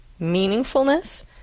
meaningfulness